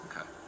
Okay